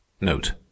Note